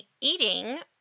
eating